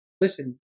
Listen